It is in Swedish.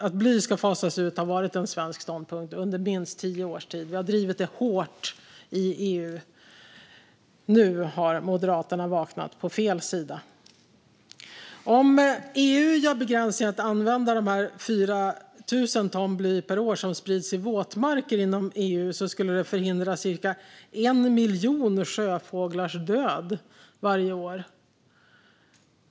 Att bly ska fasas ut har varit en svensk ståndpunkt under minst tio års tid. Vi har drivit detta hårt i EU. Nu har Moderaterna vaknat, på fel sida. Om EU gör begränsningar för att använda de 4 000 ton bly per år som sprids i våtmarker inom EU skulle det förhindra cirka en miljon sjöfåglars död varje år.